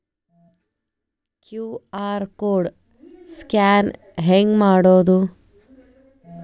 QR code scan ಹೆಂಗ್ ಮಾಡೋದು?